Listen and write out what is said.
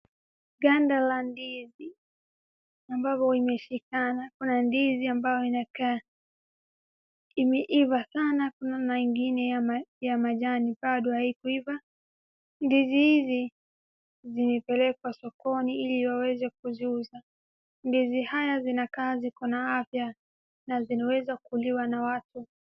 Ganda la ndizi limeiva ambapo kuna yaliyo iva. Ndizi hizo zimepelekwa sokoni ili kuuzwa